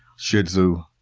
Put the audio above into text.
shih tzu,